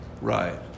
Right